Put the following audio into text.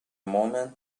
moment